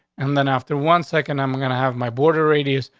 and then after one second, i'm gonna have my border radius,